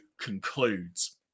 concludes